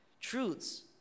truths